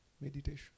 Meditation